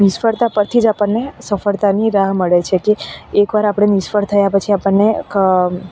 નિષ્ફળતા પરથી જ આપણને સફળતાની રાહ મળે છે કે એકવાર આપણે નિષ્ફળ થયા પછી આપણને